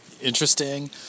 interesting